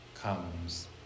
comes